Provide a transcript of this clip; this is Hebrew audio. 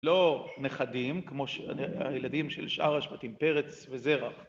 לא נכדים, כמו שהילדים של שאר השבטים, פרץ וזרח.